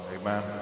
amen